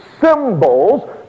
symbols